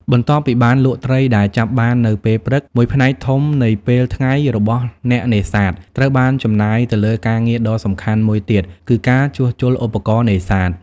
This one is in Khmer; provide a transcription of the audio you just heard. បន្ទាប់ពីបានលក់ត្រីដែលចាប់បាននៅពេលព្រឹក មួយផ្នែកធំនៃពេលថ្ងៃរបស់អ្នកនេសាទត្រូវបានចំណាយទៅលើការងារដ៏សំខាន់មួយទៀត គឺការជួសជុលឧបករណ៍នេសាទ។